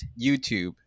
YouTube